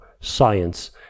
science